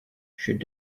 should